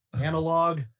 analog